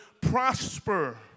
prosper